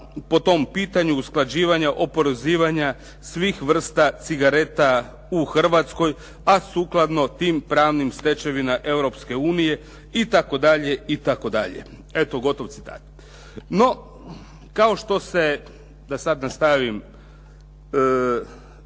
po tom pitanju usklađivanja oporezivanja svih vrsta cigareta u Hrvatskoj a sukladno tim pravnim stečevinama Europske unije itd. No, kao što se da sad nastavim,